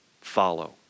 follow